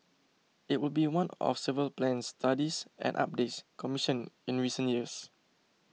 it would be one of several plans studies and updates commissioned in recent years